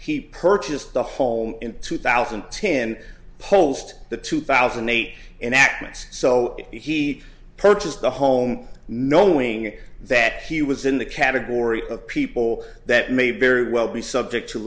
he purchased the home in two thousand and ten post the two thousand and eight in athens so he purchased the home knowing that he was in the category of people that may very well be subject to